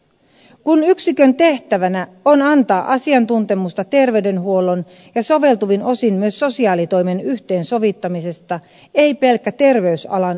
kun yksikön tehtävänä on antaa asiantuntemusta terveydenhuollon ja soveltuvin osin myös sosiaalitoimen yhteensovittamisesta ei pelkkä terveysalan asiantuntemus riitä